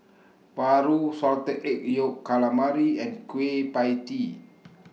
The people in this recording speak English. Paru Salted Egg Yolk Calamari and Kueh PIE Tee